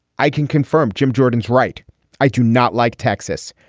i can confirm jim jordan is right i do not like texas.